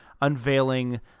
unveiling